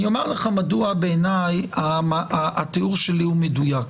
אני אומר לך מדוע בעיניי התיאור שלי הוא מדויק.